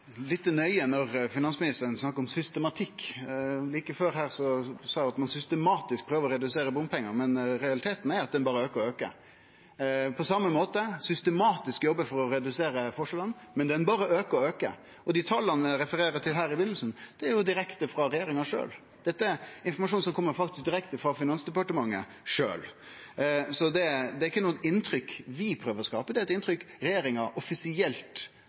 nøye når finansministeren snakkar om systematikk. Like før her sa ho at ein systematisk prøver å redusere bompengar, men realiteten er at dei berre aukar og aukar, og på same måte systematisk jobbe for å redusere forskjellane, men dei berre aukar og aukar. Dei tala eg refererte til her i byrjinga, er direkte frå regjeringa sjølv. Dette er informasjon som faktisk kjem direkte frå Finansdepartementet sjølv. Så dette er ikkje eit inntrykk vi prøver å skape, det er eit inntrykk regjeringa offisielt